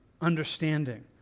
understanding